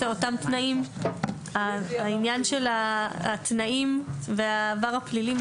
העניין של התנאים והעבר הפלילי,